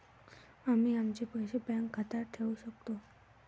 आम्ही आमचे पैसे बँक खात्यात ठेवू शकतो